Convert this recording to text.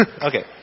okay